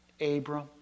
Abram